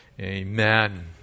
Amen